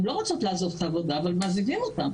הן לא רוצות לעזוב את העבודה, אבל מעזיבים אותן.